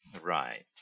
right